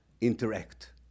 interact